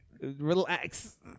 Relax